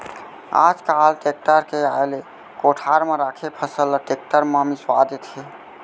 आज काल टेक्टर के आए ले कोठार म राखे फसल ल टेक्टर म मिंसवा देथे